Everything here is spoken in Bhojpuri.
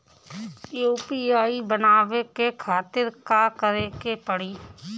यू.पी.आई बनावे के खातिर का करे के पड़ी?